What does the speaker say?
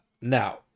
now